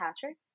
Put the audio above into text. Patrick